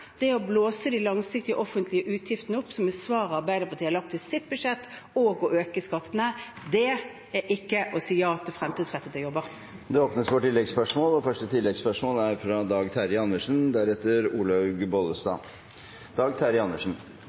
det er å blåse opp de langsiktige offentlige utgiftene – som er svaret Arbeiderpartiet har gitt i sitt budsjett – og å øke skattene. Det er ikke å si ja til fremtidsrettede jobber. Det åpnes for oppfølgingsspørsmål – først fra Dag Terje Andersen.